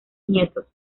nietos